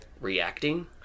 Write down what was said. reacting